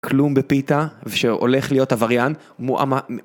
כלום בפיתה ושהוא הולך להיות עבריין מועמד